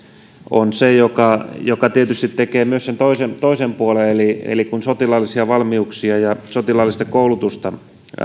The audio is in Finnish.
on se joka joka tietysti tekee myös sen toisen toisen puolen eli eli kun sotilaallisia valmiuksia ja sotilaallista koulutusta